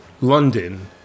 London